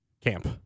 Camp